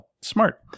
Smart